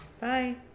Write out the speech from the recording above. Bye